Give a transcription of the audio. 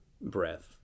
breath